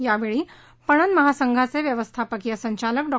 यावेळी पणन महासंघाचे व्यवस्थापकीय संचालक डॉ